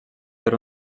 per